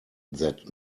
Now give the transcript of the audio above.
that